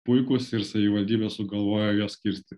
puikūs ir savivaldybė sugalvojo juos kirsti